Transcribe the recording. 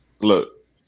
look